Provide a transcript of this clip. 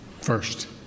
first